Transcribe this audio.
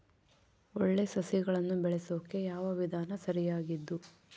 ಒಳ್ಳೆ ಸಸಿಗಳನ್ನು ಬೆಳೆಸೊಕೆ ಯಾವ ವಿಧಾನ ಸರಿಯಾಗಿದ್ದು?